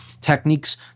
techniques